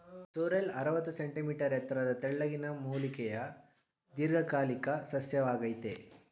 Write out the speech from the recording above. sorrel ಅರವತ್ತು centimetre ಎತ್ತರದ ತೆಳ್ಳಗಿನ ಮೂಲಿಕೆಯ ದೀರ್ಘಕಾಲಿಕ ಸಸ್ಯವಾಗಯ್ತೆ